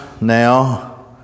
now